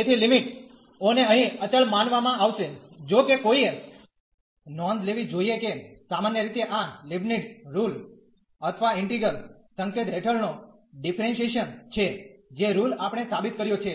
તેથી લિમિટ ઓને અહીં અચળ માનવામાં આવશે જો કે કોઈએ નોંધ લેવી જોઈએ કે સામાન્ય રીતે આ લિબનીત્ઝ રુલઅથવા ઈન્ટિગ્રલ સંકેત હેઠળનો ડીફરેન્શીયેશન છે જે રુલ આપણે સાબિત કર્યો છે